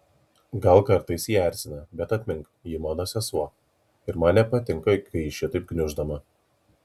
gal kartais ji erzina bet atmink ji mano sesuo ir man nepatinka kai ji šitaip gniuždoma